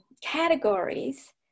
categories